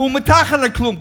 הוא מתחת לכלום.